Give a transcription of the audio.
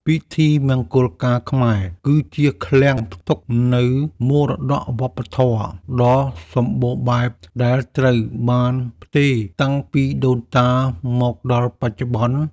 ពិធីមង្គលការខ្មែរ គឺជាឃ្លាំងផ្ទុកនូវមរតកវប្បធម៌ដ៏សម្បូរបែបដែលត្រូវបានផ្ទេរតាំងពីដូនតាមកដល់បច្ចុប្បន្ន។